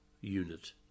unit